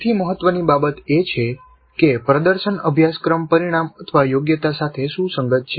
સૌથી મહત્વની બાબત એ છે કે પ્રદર્શન અભ્યાસક્રમ પરિણામયોગ્યતા સાથે સુસંગત છે